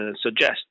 suggest